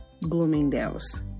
Bloomingdale's